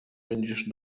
będziesz